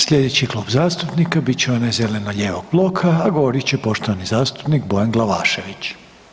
Slijedeći Klub zastupnika bit će onaj zeleno-lijevog bloka, a govorit će poštovani zastupnik Bojan Glavašević.